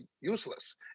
useless